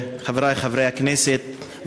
חברי חברי הכנסת,